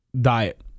diet